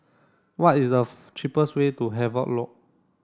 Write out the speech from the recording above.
what is the cheapest way to Havelock Road